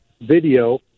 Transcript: video